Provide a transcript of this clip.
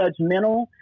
judgmental